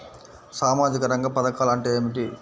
సామాజిక రంగ పధకాలు అంటే ఏమిటీ?